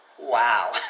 wow